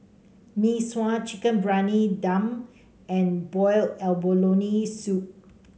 Mee Sua Chicken Briyani Dum and Boiled Abalone Soup